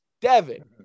Devin